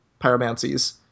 pyromancies